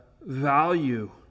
value